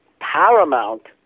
Paramount